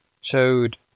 showed